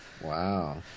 Wow